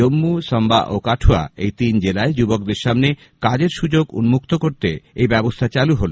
জম্মু সাম্বা ও কাঠুয়া এই তিন জেলায় যুবকদের সামনে কাজের সুযোগ উন্মুক্ত করতে এই ব্যবস্থা চালু হল